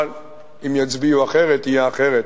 אבל אם יצביעו אחרת יהיה אחרת.